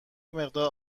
مقدار